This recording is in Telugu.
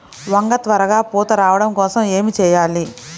వంగ త్వరగా పూత రావడం కోసం ఏమి చెయ్యాలి?